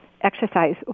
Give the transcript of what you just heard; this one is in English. exercise